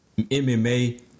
MMA